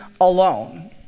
alone